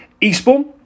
Eastbourne